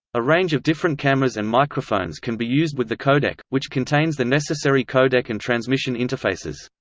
a range of different cameras and microphones can be used with the codec, which contains the necessary codec and transmission interfaces.